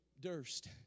Durst